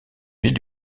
ville